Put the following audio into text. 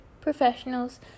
professionals